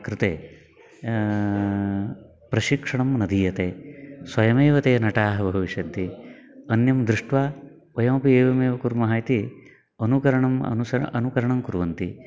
कृते प्रशिक्षणं न दीयते स्वयमेव ते नटाः भविष्यन्ति अन्यं दृष्ट्वा वयमपि एवमेव कुर्मः इति अनुकरणम् अनुसरणम् अनुकरणं कुर्वन्ति